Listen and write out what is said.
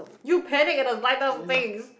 you panic at the slightest things